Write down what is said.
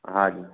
हा जी